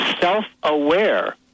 self-aware